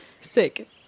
Sick